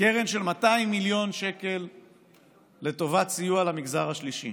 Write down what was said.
קרן של 200 מיליון שקל לטובת סיוע למגזר השלישי.